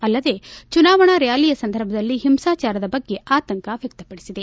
ಅಲ್ಲದೆ ಚುನಾವಣಾ ರ್ಕಾಲಿ ಸಂದರ್ಭದಲ್ಲಿ ಹಿಂಸಾಚಾರದ ಬಗ್ಗೆ ಆತಂಕ ವ್ಲಕ್ತ ಪಡಿಸಿದೆ